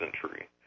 century